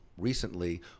recently